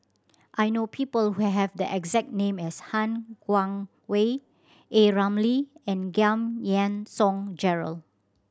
I know people who have the exact name as Han Guangwei A Ramli and Giam Yean Song Gerald